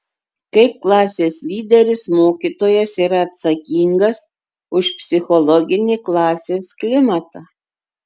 kaip klasės lyderis mokytojas yra atsakingas už psichologinį klasės klimatą